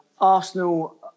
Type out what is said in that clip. Arsenal